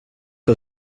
que